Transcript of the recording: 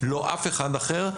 לא אף אחד אחר,